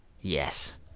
Yes